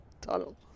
tunnel